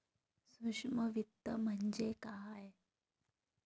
सूक्ष्म वित्त म्हणजे काय?